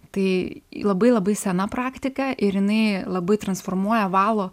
tai labai labai sena praktika ir jinai labai transformuoja valo